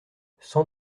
cent